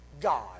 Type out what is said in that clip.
God